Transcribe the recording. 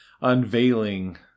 unveiling